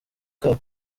kabo